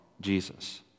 Jesus